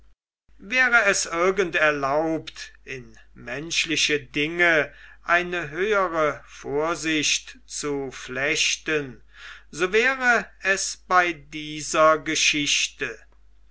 wäre es irgend erlaubt in menschliche dinge eine höhere vorsicht zu flechten so wäre es bei dieser geschichte